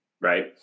right